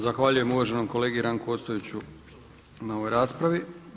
Zahvaljujem uvaženom kolegi Ranku Ostojiću na ovoj raspravi.